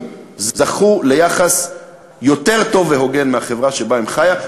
זכו ליחס יותר טוב והוגן מהחברה שבה הם חיו,